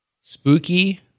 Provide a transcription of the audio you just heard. Spooky